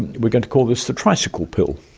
and we're going to call this the tricycle pill.